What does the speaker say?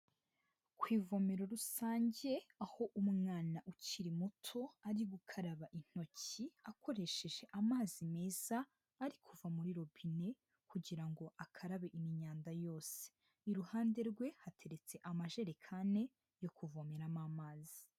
Ku ivomero rusange aho umwana ukiri muto ari gukaraba intoki akoresheje amazi meza ari kuva muri robine kugirango akarabe imyanda yose, iruhande rwe hateretse amajerekani yo kuvomeramo amazi.